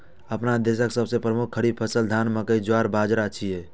अपना देशक सबसं प्रमुख खरीफ फसल धान, मकई, ज्वार, बाजारा छियै